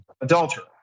adulterer